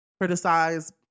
Criticize